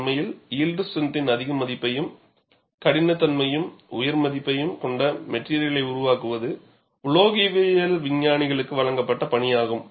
உண்மையில் யில்ட் ஸ்ட்ரெந்தின் அதிக மதிப்பையும் கடினத்தன்மையின் உயர் மதிப்பையும் கொண்ட மெட்டிரியலை உருவாக்குவது உலோகவியல் விஞ்ஞானிகளுக்கு வழங்கப்பட்ட பணியாகும்